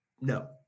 no